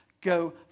go